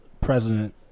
president